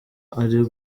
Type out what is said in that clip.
ari